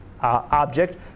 object